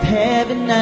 heaven